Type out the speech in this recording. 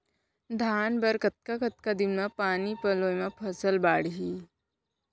धान बर कतका कतका दिन म पानी पलोय म फसल बाड़ही?